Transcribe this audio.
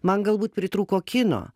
man galbūt pritrūko kino